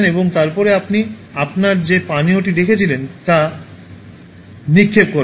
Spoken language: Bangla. এবং তারপরে আপনি আপনার যে পানীয়টি রেখেছিলেন তা নিক্ষেপ করেন